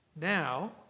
now